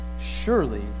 Surely